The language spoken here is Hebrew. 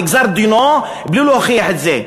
נגזר דינו בלי להוכיח את זה.